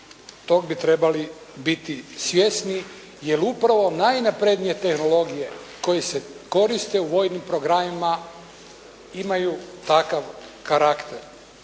Tog bi trebali biti svjesni, jer upravo najnaprednije tehnologije, koje se koriste u vojnim programima imaju takav karakter.